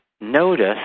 notice